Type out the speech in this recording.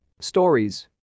Stories